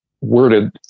worded